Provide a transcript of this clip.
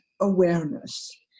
Awareness